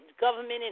government